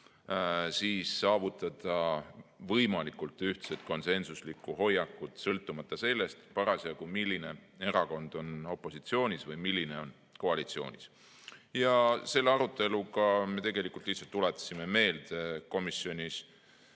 saavutada võimalikult ühtset konsensuslikku hoiakut, sõltumata sellest, milline erakond on parasjagu opositsioonis või milline on koalitsioonis. Selle aruteluga me tegelikult lihtsalt tuletasime meelde komisjonis